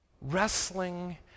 wrestling